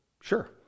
sure